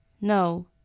No